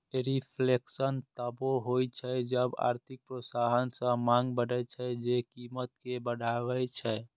reflation तबो होइ छै जब आर्थिक प्रोत्साहन सं मांग बढ़ै छै, जे कीमत कें बढ़बै छै